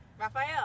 Raphael